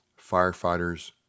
firefighters